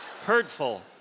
hurtful